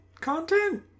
content